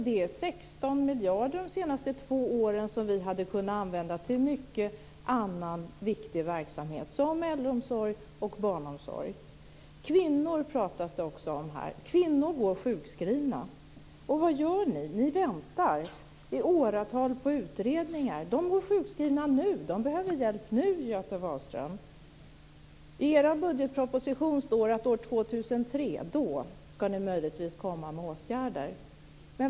Det är 16 miljarder de senaste två åren som vi hade kunnat använda till mycket annan viktig verksamhet som t.ex. äldreomsorg och barnomsorg. Det pratas också om kvinnor här. Kvinnor går sjukskrivna. Och vad gör ni? Ni väntar i åratal på utredningar. De går sjukskrivna nu. De behöver hjälp nu, Göte Wahlström. I er budgetproposition står det att år 2003 ska ni möjligtvis komma med åtgärder.